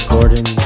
Gordon